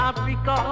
Africa